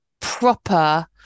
proper